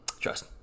Trust